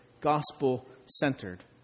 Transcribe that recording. gospel-centered